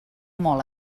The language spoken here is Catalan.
molt